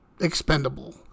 expendable